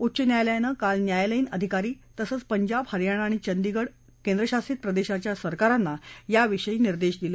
उच्च न्यायालयानं काल न्यायालयीन अधिकारी तसंच पंजाब हरयाणा आणि चंदीगड केंद्रशासित प्रदेशाच्या सरकारांना याविषयी निर्देश दिले